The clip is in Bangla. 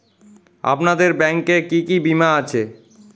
আপনাদের ব্যাংক এ কি কি বীমা আছে?